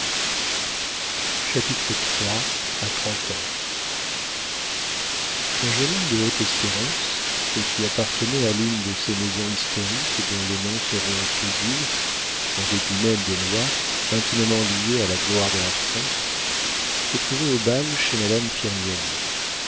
ans un jeune homme de haute espérance et qui appartenait à l'une de ces maisons historiques dont les noms seront toujours en dépit même des lois intimement liés à la gloire de la france se trouvait au bal chez madame